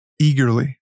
eagerly